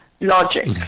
logic